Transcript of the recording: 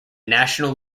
national